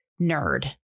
nerd